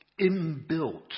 inbuilt